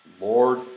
Lord